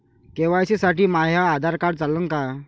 KYC साठी माह्य Aadhaar card चालन का?